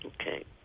Okay